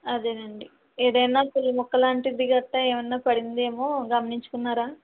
అదే అండి ఏదైనా పుల్లముక్క లాంటిది అలా ఏమైనా పడింది ఏమో గమనించుకున్నారా